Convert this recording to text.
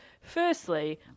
firstly